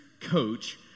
coach